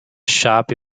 sharp